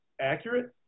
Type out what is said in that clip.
accurate